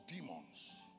demons